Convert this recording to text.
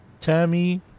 Tammy